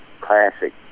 classic